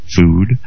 food